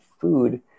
food